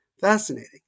Fascinating